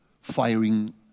firing